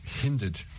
hindered